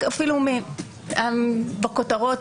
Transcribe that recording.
שבכותרות,